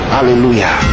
Hallelujah